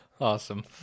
Awesome